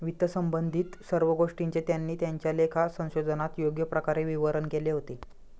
वित्तसंबंधित सर्व गोष्टींचे त्यांनी त्यांच्या लेखा संशोधनात योग्य प्रकारे विवरण केले होते